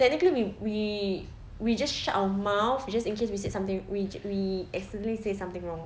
technically we we we just shut our mouth just in case we said something we we accidentally say something wrong